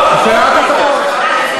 לא ייתנו לו, הוא ייקח.